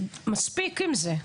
מספיק עם זה.